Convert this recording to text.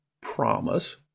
promise